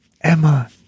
emma